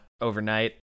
overnight